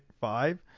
Five